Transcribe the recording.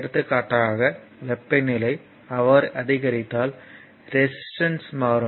எடுத்துக்காட்டாக வெப்பநிலை அவ்வாறு அதிகரித்தால் ரெசிஸ்டன்ஸ் மாறும்